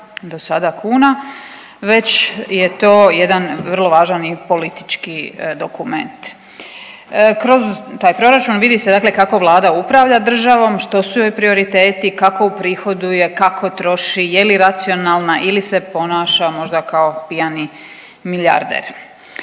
do sada kuna već je to jedan vrlo važan i politički dokument. Kroz taj proračun vidi se kako Vlada upravlja državom, što su joj prioriteti, kako uprihoduje, kako troši, je li racionalna ili se ponaša možda kao pijani milijarder.